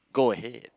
go ahead